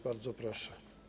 Bardzo proszę.